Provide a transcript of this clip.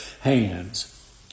hands